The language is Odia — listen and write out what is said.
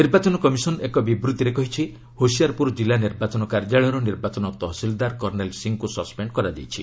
ନିର୍ବାଚନ କମିଶନ୍ ଏକ ବିବୃତ୍ତିରେ କହିଛି ହୋସିଆରପୁର କିଲ୍ଲା ନିର୍ବାଚନ କାର୍ଯ୍ୟାଳୟର ନିର୍ବାଚନ ତହସିଲଦାର କର୍ଷ୍ଣେଲ୍ ସିଂହଙ୍କୁ ସସ୍ପେଣ୍ଡ କରାଯାଇଛି